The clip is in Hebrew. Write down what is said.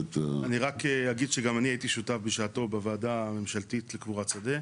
אני רק אגיד שגם אני הייתי שותף בשעתו בוועדה הממשלתית לקבורת שדה.